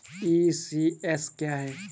ECS क्या है?